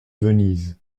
venise